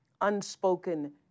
unspoken